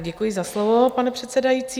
Děkuji za slovo, pane předsedající.